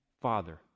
Father